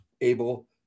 able